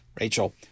Rachel